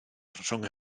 rhwng